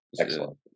Excellent